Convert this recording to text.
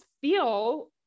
feel